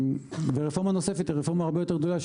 ורפורמה נוספת שהיא הרבה יותר גדולה,